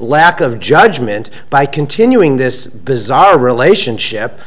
lack of judgment by continuing this bizarre relationship